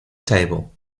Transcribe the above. table